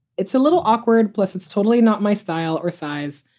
it's a little awkward. plus, it's totally not my style or size.